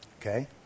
Okay